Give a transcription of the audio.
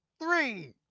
three